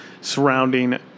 surrounding